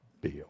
bill